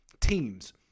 teams